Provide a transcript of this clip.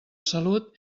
salut